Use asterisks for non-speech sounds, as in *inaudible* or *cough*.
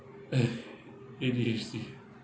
eh take it easy *breath*